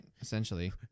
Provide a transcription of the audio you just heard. essentially